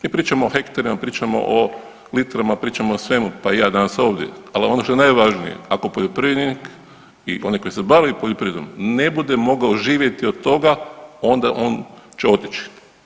Mi pričamo o hektarima, pričamo o litrama, pričamo o svemu, pa i ja danas ovdje, ali ono što je najvažnije, ako poljoprivrednik i oni koji se bave poljoprivredom ne bude mogao živjeti od toga, onda on će otići.